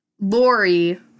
Lori